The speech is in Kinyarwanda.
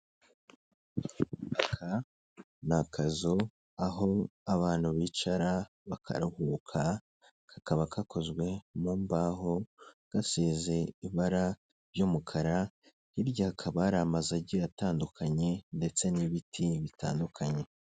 Aka ni akazu aho abantu bicara bakaruhuka, kakaba kakozwe mu mbaho, gasize ibara ry'umukara, hirya hakaba hari amazu agiye atandukanye, ndetse n'ibiti bitandukanye.